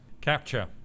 capture